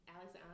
Alex